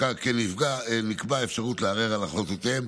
כמו כן נקבעה אפשרות לערער על החלטותיהן.